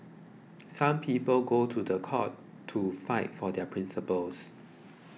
some people go to the court to fight for their principles